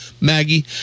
Maggie